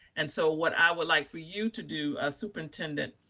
and so what i would like for you to do a superintendent,